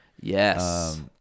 Yes